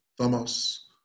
Thomas